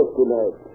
tonight